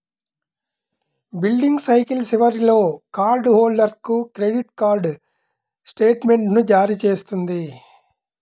billing cycle చివరిలో card హోల్డర్కు credit card స్టేట్మెంట్ను జారీ చేస్తుంది